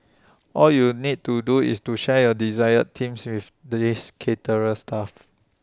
all you need to do is to share your desired themes with this caterer's staff